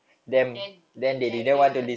and then like the